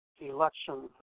election